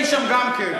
אני הייתי שם גם כן.